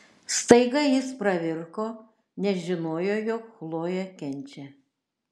staiga jis pravirko nes žinojo jog chlojė kenčia